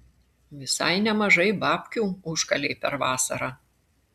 visai nemažai babkių užkalei per vasarą